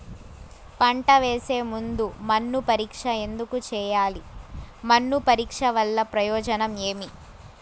పంట వేసే ముందు మన్ను పరీక్ష ఎందుకు చేయాలి? మన్ను పరీక్ష వల్ల ప్రయోజనం ఏమి?